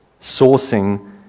sourcing